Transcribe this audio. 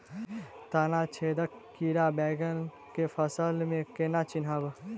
तना छेदक कीड़ा बैंगन केँ फसल म केना चिनहब?